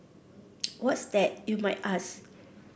what's that you might ask